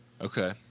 Okay